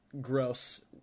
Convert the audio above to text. gross